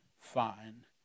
fine